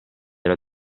alla